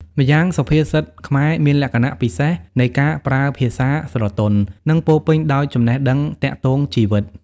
ម្យ៉ាងសុភាសិតខ្មែរមានលក្ខណៈពិសេសនៃការប្រើ ភាសាស្រទន់ និងពោរពេញដោយចំណេះដឹងទាក់ទងជីវិត។